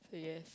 so yes